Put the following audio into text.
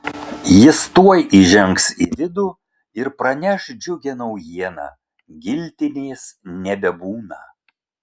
jis tuoj įžengs į vidų ir praneš džiugią naujieną giltinės nebebūna